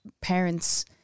parents